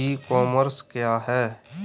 ई commerce क्या है?